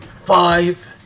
Five